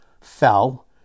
fell